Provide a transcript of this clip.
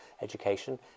education